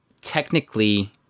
technically